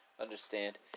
understand